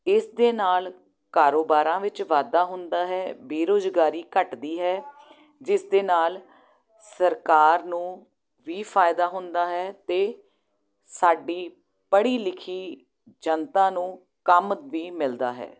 ਇਸ ਦੇ ਨਾਲ ਕਾਰੋਬਾਰਾਂ ਵਿੱਚ ਵਾਧਾ ਹੁੰਦਾ ਹੈ ਬੇਰੁਜ਼ਗਾਰੀ ਘਟਦੀ ਹੈ ਜਿਸ ਦੇ ਨਾਲ ਸਰਕਾਰ ਨੂੰ ਵੀ ਫਾਇਦਾ ਹੁੰਦਾ ਹੈ ਅਤੇ ਸਾਡੀ ਪੜ੍ਹੀ ਲਿਖੀ ਜਨਤਾ ਨੂੰ ਕੰਮ ਵੀ ਮਿਲਦਾ ਹੈ